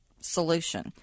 solution